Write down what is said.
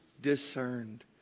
discerned